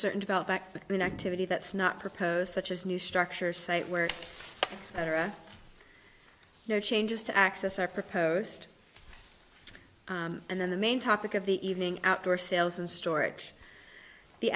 certain develop back in activity that's not propose such as new structure site where are no changes to access or proposed and then the main topic of the evening outdoor sales and storage the